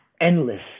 endless